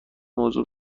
موضوع